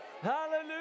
Hallelujah